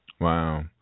Wow